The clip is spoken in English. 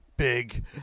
Big